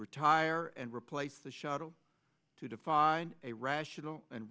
retire and replace the shuttle to find a rational and